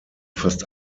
fast